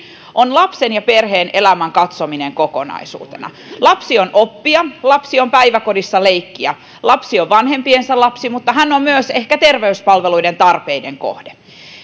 on lapsen ja perheen elämän katsominen kokonaisuutena lapsi on oppija lapsi on päiväkodissa leikkijä lapsi on vanhempiensa lapsi mutta hän on myös ehkä terveyspalveluiden tarvitsija